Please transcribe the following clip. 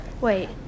Wait